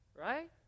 right